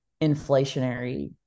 inflationary